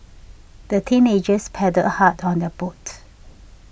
the teenagers paddled hard on their boat